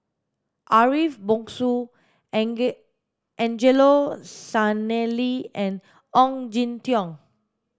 Ariff Bongso Angelo Sanelli and Ong Jin Teong